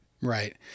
Right